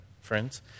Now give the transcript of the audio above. Friends